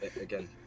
again